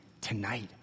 tonight